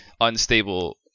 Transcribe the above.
unstable